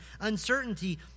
uncertainty